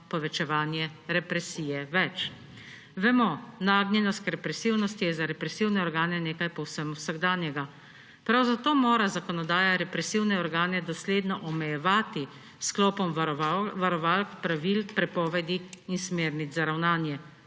povečevanje represije več. Vemo, nagnjenost k represivnosti je za represivne organe nekaj povsem vsakdanjega. Prav zato mora zakonodaja represivne organe dosledno omejevati s sklopom varovalk, pravil, prepovedi in smernic za ravnanje.